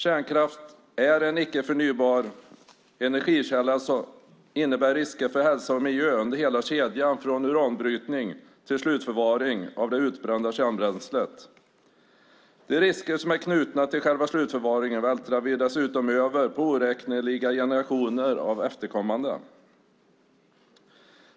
Kärnkraft är en icke förnybar energikälla som innebär risker för hälsa och miljö under hela kedjan från uranbrytning till slutförvaring av det utbrända kärnbränslet. De risker som är knutna till själva slutförvaringen vältrar vi dessutom över på oräkneliga generationer av efterkommande.